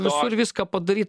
vis ur viską padaryt